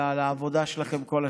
אלא על העבודה שלכם כל השנה.